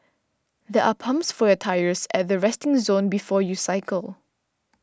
there are pumps for your tyres at the resting zone before you cycle